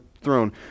throne